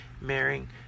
marrying